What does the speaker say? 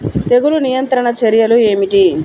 తెగులు నియంత్రణ చర్యలు ఏమిటి?